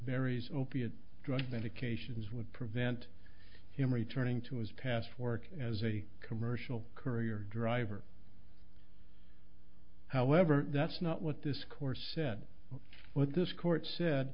varies opiate drug medications would prevent him returning to his past work as a commercial courier driver however that's not what this course said what this court said